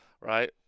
right